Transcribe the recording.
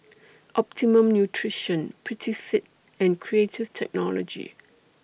Optimum Nutrition Prettyfit and Creative Technology